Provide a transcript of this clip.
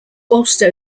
also